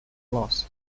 los